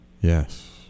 Yes